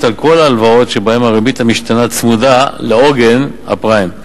על כל ההלוואות שבהן הריבית המשתנה צמודה לעוגן הפריים.